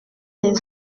les